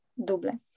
duble